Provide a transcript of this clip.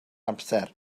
amser